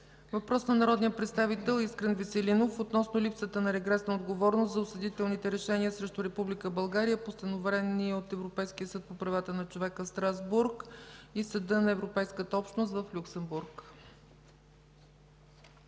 Въпрос на народния представител Искрен Веселинов относно липсата на регресна отговорност за осъдителните решения срещу Република България, постановени от Европейския съд по правата на човека в Страсбург и Съда на Европейската общност в Люксембург.